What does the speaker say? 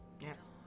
yes